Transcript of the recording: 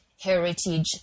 Heritage